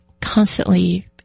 constantly